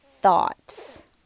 thoughts